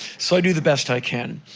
so i do the best i can.